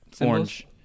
orange